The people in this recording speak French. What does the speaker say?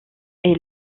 est